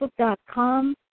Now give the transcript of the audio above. facebook.com